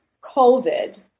COVID